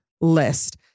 list